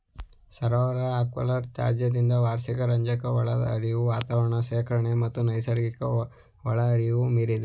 ಸರೋವರದ ಅಕ್ವಾಕಲ್ಚರ್ ತ್ಯಾಜ್ಯದಿಂದ ವಾರ್ಷಿಕ ರಂಜಕ ಒಳಹರಿವು ವಾತಾವರಣ ಶೇಖರಣೆ ಮತ್ತು ನೈಸರ್ಗಿಕ ಒಳಹರಿವನ್ನು ಮೀರಿದೆ